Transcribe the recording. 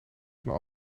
van